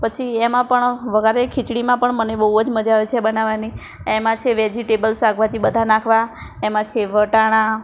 પછી એમાં પણ વઘારેલી ખીચડીમાં પણ મને બહુ જ મજા આવે છે બનાવવાની એમાં છે વેજીટેબલ શાકભાજી બધા નાખવાં એમાં છે વટાણા